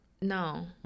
No